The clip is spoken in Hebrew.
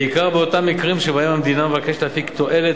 בעיקר באותם מקרים שבהם המדינה מבקשת להפיק תועלת